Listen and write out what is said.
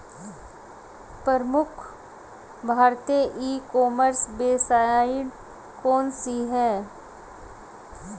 प्रमुख भारतीय e commerce website कौन कौन सी हैं?